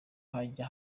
hajya